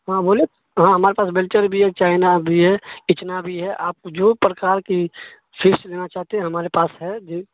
ہاں بولے ہاں ہمارے پاس بیلچن بھی ہے چائنا بھی ہے اچنا بھی ہے آپ کو جو پرکار کی فش لینا چاہتے ہیں ہمارے پاس ہے جی